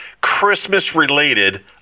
Christmas-related